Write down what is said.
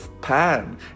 pan